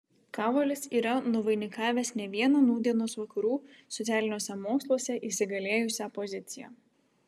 kavolis yra nuvainikavęs ne vieną nūdienos vakarų socialiniuose moksluose įsigalėjusią poziciją